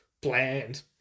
bland